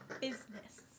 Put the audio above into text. Business